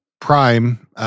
Prime